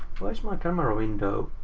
why is my camera window